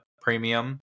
premium